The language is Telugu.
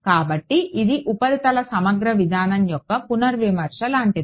కాబట్టి ఇది ఉపరితల సమగ్ర విధానం యొక్క పునర్విమర్శ లాంటిది